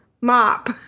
mop